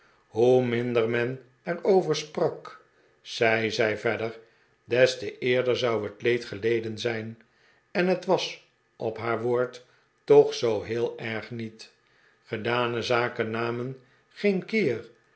hoe minder men er over sprak zei zij verder des te eerder zou het leed geleden zijn en het was op haar woord toch zoo heel erg niet gedane zaken namen geen keer